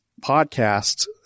podcast